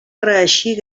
reeixir